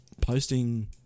posting